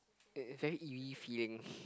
uh very eerie feeling